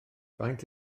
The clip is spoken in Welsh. faint